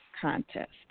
contest